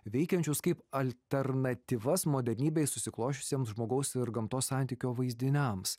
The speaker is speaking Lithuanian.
veikiančius kaip alternatyvas modernybei susiklosčiusiems žmogaus ir gamtos santykio vaizdiniams